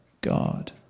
God